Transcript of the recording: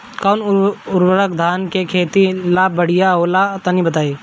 कौन उर्वरक धान के खेती ला बढ़िया होला तनी बताई?